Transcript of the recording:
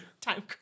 Time